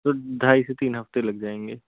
तो ढ़ाई से तीन हफ़्ते लग जाएंगे